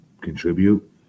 contribute